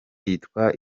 yitwa